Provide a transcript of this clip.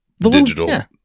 digital